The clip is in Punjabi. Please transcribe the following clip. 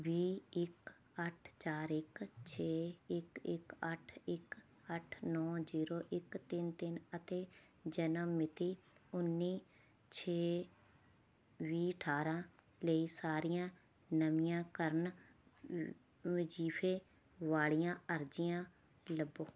ਵੀਹ ਇੱਕ ਅੱਠ ਚਾਰ ਇੱਕ ਛੇ ਇੱਕ ਇੱਕ ਅੱਠ ਇੱਕ ਅੱਠ ਨੌਂ ਜ਼ੀਰੋ ਇੱਕ ਤਿੰਨ ਤਿੰਨ ਅਤੇ ਜਨਮ ਮਿਤੀ ਉੱਨੀ ਛੇ ਵੀਹ ਅਠਾਰਾਂ ਲਈ ਸਾਰੀਆਂ ਨਵੀਆਂ ਕਰਨ ਵਜ਼ੀਫੇ ਵਾਲੀਆਂ ਅਰਜ਼ੀਆਂ ਲੱਭੋ